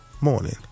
morning